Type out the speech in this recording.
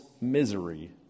misery